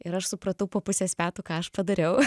ir aš supratau po pusės metų ką aš padariau